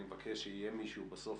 אני מבקש שיהיה מישהו בסוף,